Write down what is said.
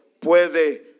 puede